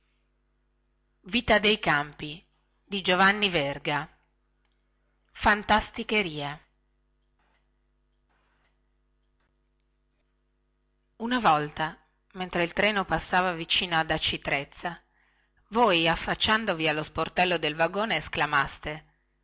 testo è stato riletto e controllato fantasticheria una volta mentre il treno passava vicino ad aci trezza voi affacciandovi allo sportello del vagone esclamaste